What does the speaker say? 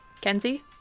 Kenzie